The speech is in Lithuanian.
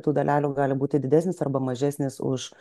tų dalelių gali būti didesnis arba mažesnis už